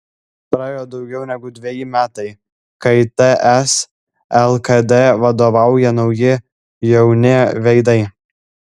praėjo daugiau negu dveji metai kai ts lkd vadovauja nauji jauni veidai